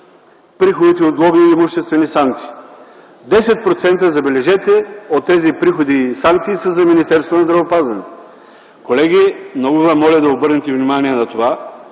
приходите от глоби и имуществени санкции.” Забележете, че 10% от тези приходи и санкции са за Министерството на здравеопазването. Колеги, много ви моля да обърнете внимание на това,